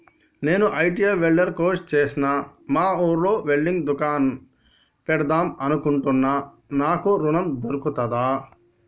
నేను ITI welder course చేశ్న మా ఊర్లో వెల్డింగ్ దుకాన్ పెడదాం అనుకుంటున్నా నాకు ఋణం దొర్కుతదా?